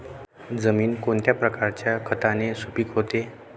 जमीन कोणत्या प्रकारच्या खताने सुपिक होते?